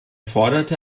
forderte